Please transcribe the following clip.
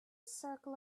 circle